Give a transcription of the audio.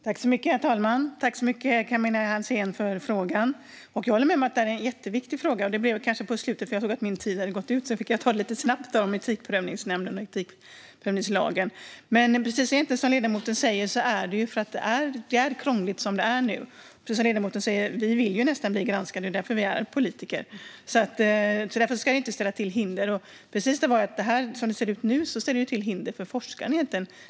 Herr talman! Jag tackar Camilla Hansén för frågan. Jag håller med om att den är jätteviktig. Jag tog upp den mot slutet. När jag såg att min talartid höll på att ta slut fick jag tala lite kort om Etikprövningsmyndigheten och etikprövningslagen. Precis som ledamoten säger är det krångligt nu. Och vi politiker vill som sagt nästan bli granskade. Det är ju därför vi är politiker. Därför ska det här inte ställa till hinder. Som det ser ut nu ställer det till hinder för forskare.